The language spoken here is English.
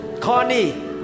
Connie